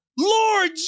Lord